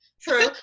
True